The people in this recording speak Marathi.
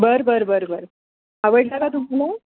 बरं बरं बरं बरं आवडला का तुम्हाला